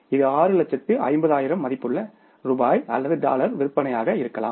இது 6 லட்சத்து 50 ஆயிரம் மதிப்புள்ள ரூபாய் அல்லது டாலர் விற்பனையாக இருக்கலாம்